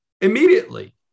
immediately